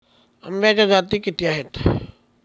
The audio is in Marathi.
आंब्याच्या जाती किती आहेत?